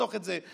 תחסוך את זה,